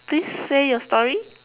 please say your story